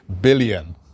billion